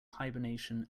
hibernation